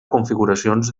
configuracions